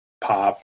pop